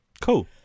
Cool